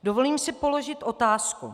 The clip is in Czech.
Dovolím si položit otázku.